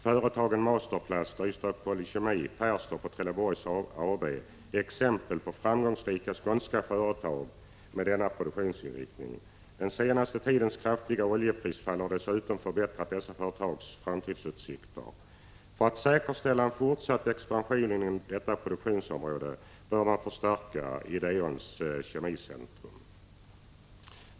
Företagen Masterplast, Ystad Polykemi, Perstorp och Trelleborg AB är exempel på framgångsrika skånska företag med denna produktionsinriktning. Den senaste tidens kraftiga oljeprisfall har dessutom förbättrat dessa företags framtidsutsikter. För att säkerställa fortsatt expansion inom detta produktionsområde bör man förstärka Ideons kemicentrum.